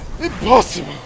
Impossible